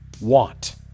want